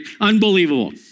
Unbelievable